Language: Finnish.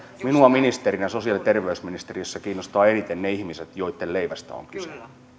minua ministerinä sosiaali ja terveysministeriössä kiinnostavat eniten ne ihmiset joitten leivästä on kyse